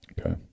Okay